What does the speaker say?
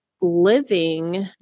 living